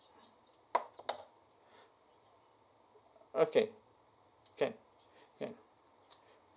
okay can can